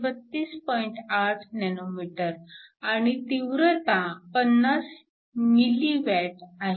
8 nm आणि तीव्रता 50 mW आहे